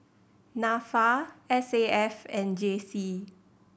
Nafa S A F and J C